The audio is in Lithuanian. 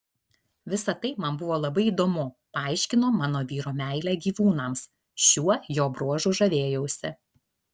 visa tai man buvo labai įdomu paaiškino mano vyro meilę gyvūnams šiuo jo bruožu žavėjausi